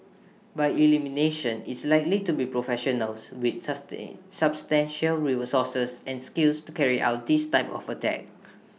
by elimination it's likely to be professionals with sustain substantial resources and skills to carry out this type of attack